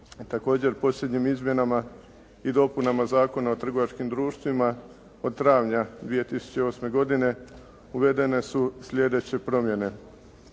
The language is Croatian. Također posljednjim izmjenama i dopunama Zakona o trgovačkim društvima od travnja 2008. godine uvedene su sljedeće promjene.